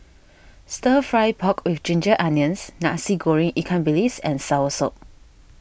Stir Fry Pork with Ginger Onions Nasi Goreng Ikan Bilis and Soursop